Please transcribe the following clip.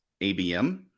ABM